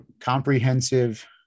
comprehensive